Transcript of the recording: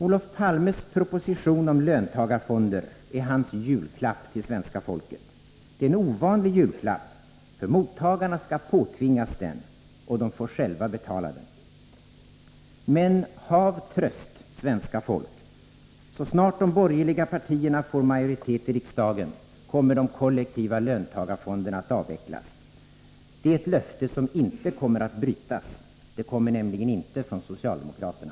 Olof Palmes proposition om löntagarfonder är hans julklapp till svenska folket. Det är en ovanlig julklapp, för mottagarna skall påtvingas den och de får själva betala den. Men hav tröst, svenska folk! Så snart de borgerliga partierna får majoritet i riksdagen kommer de kollektiva löntagarfonderna att avvecklas. Och det är ett löfte som inte kommer att brytas — det kommer nämligen inte från socialdemokraterna.